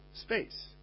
space